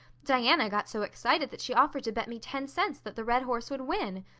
diana got so excited that she offered to bet me ten cents that the red horse would win.